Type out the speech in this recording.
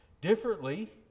differently